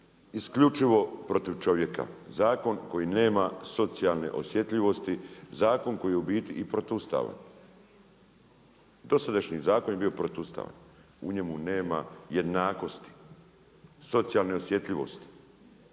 isključivo protiv čovjek. Zakon koji nema socijalne osjetljivosti, zakon koji je u biti i protuustavan. Dosadašnji zakon je bio protuustavan, u njemu nema jednakosti. Socijalne osjetljivosti.